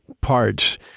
parts